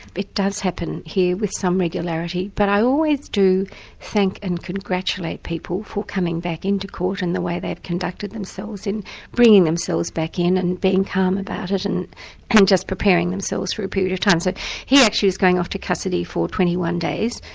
it does happen here with some regularity. but i always do thank and congratulate people for coming back in to court, and the way they've conducted themselves in bringing themselves back in and being calm about it, and and just preparing themselves for a period of time. so he actually is going off to custody for twenty one days,